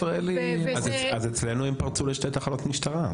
אז אצלנו הם פרצו לשתי תחנות משטרה,